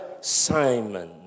Simon